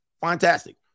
fantastic